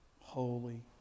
holy